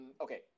Okay